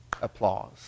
applause